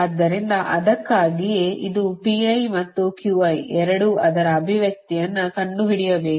ಆದ್ದರಿಂದ ಅದಕ್ಕಾಗಿಯೇ ಇದು ಮತ್ತು ಎರಡೂ ಅದರ ಅಭಿವ್ಯಕ್ತಿಯನ್ನು ಕಂಡುಹಿಡಿಯಬೇಕು